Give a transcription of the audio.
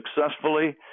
successfully